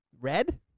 Red